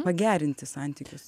pagerinti santykius